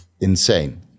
insane